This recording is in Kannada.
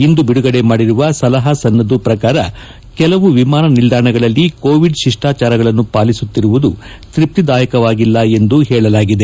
ಇಂದು ಬಿಡುಗಡೆ ಮಾಡಿರುವ ಸಲಹಾ ಸನ್ನದ್ದು ಪ್ರಕಾರ ಕೆಲವು ವಿಮಾನ ನಿಲ್ದಾಣಗಳಲ್ಲಿ ಕೋವಿಡ್ ತಿಷ್ಪಾಚಾರಗಳನ್ನು ಪಾಲಿಸುತ್ತಿರುವುದು ತ್ಬಪ್ಲಿದಾಯಕವಾಗಿಲ್ಲ ಎಂದು ಹೇಳಲಾಗಿದೆ